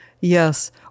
Yes